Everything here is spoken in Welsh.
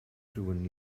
rywun